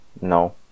No